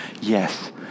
yes